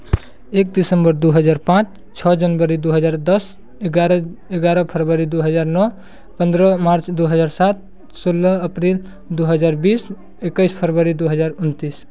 एक दिसम्बर दो हज़ार पाँच छ जनवरी दो हज़ार दस ग्यारह ग्यारह फरवरी दो हज़ार नौ पन्द्रह मार्च दो हज़ार सात सोलह अप्रील दो हज़ार बीस इक्कीस फरवरी दो हज़ार उनतीस